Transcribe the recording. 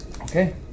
Okay